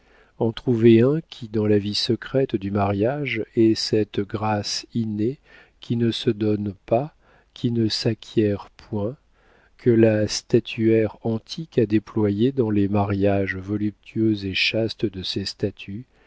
en trouver un qui dans la vie secrète du mariage ait cette grâce innée qui ne se donne pas qui ne s'acquiert point que la statuaire antique a déployée dans les mariages voluptueux et chastes de ses statues